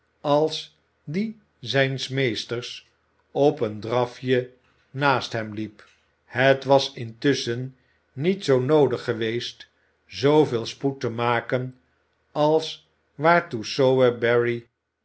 als die zijns meesters op een drafje naast hem liep het was intusschen niet zoo noodig geweest zooveel spoed te maken als waartoe